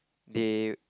they